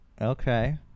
Okay